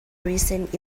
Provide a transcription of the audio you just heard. recent